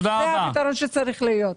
זה הפתרון שצריך להיות.